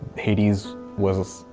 hades was,